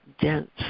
dense